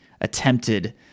attempted